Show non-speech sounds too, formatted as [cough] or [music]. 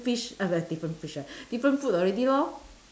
fish [noise] different fish ah different fruit already lor